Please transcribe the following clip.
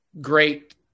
great